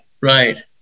right